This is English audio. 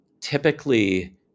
typically